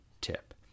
tip